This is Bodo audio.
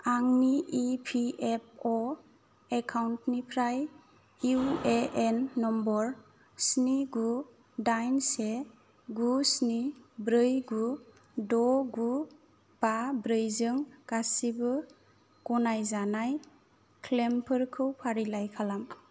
आंनि इ पि एफ अ' एकाउन्टनिफ्राय इउ ए एन नाम्बार स्नि गु दाइन से गु स्नि ब्रै गु द' गु बा ब्रैजों गासिबो गनायजानाय क्लेइमफोरखौ फारिलाइ खालाम